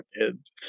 kids